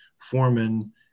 foreman